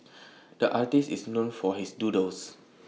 the artist is known for his doodles